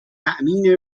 تأمین